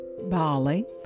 Bali